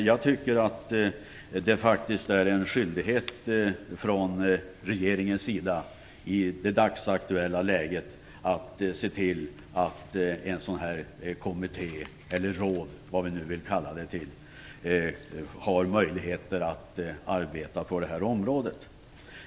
Jag tycker att det faktiskt är en skyldighet från regeringens sida i det dagsaktuella läget att se till att en sådan kommitté eller ett sådant råd - vad vi nu vill kalla det - har möjligheter att arbeta på detta område.